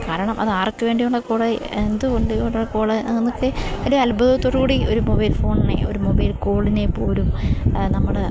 കാരണം അത് ആർക്ക് വേണ്ടിയുള്ള കോള് എന്തുകൊണ്ടുള്ള കോള് എന്നൊക്കെ ഒരു അത്ഭുതത്തോടുകൂടി ഒരു മൊബൈൽ ഫോണിനെ ഒരു മൊബൈൽ കോളിനെ പോലും നമ്മള്